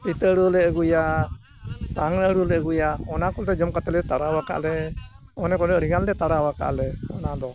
ᱤᱛᱟᱹ ᱦᱚᱲᱩ ᱞᱮ ᱟᱹᱜᱩᱭᱟ ᱥᱟᱝ ᱟᱹᱞᱩ ᱞᱮ ᱟᱹᱜᱩᱭᱟ ᱚᱱᱟ ᱠᱚ ᱡᱚᱢ ᱠᱟᱛᱮᱫ ᱞᱮ ᱛᱟᱲᱟᱣ ᱟᱠᱟᱫ ᱞᱮ ᱚᱸᱰᱮ ᱠᱷᱚᱱ ᱟᱹᱰᱤ ᱜᱟᱱ ᱞᱮ ᱛᱟᱲᱟᱣ ᱟᱠᱟᱫᱼᱟ ᱞᱮ ᱚᱱᱟᱫᱚ